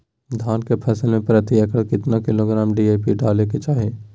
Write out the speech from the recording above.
धान के फसल में प्रति एकड़ कितना किलोग्राम डी.ए.पी डाले के चाहिए?